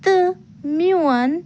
تہٕ میٛون